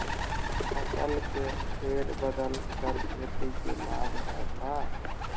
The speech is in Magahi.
फसल के फेर बदल कर खेती के लाभ है का?